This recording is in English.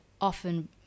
often